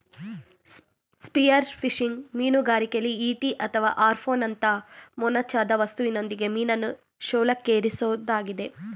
spearfishing ಮೀನುಗಾರಿಕೆಲಿ ಈಟಿ ಅಥವಾ ಹಾರ್ಪೂನ್ನಂತ ಮೊನಚಾದ ವಸ್ತುವಿನೊಂದಿಗೆ ಮೀನನ್ನು ಶೂಲಕ್ಕೇರಿಸೊದಾಗಿದೆ